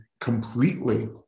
completely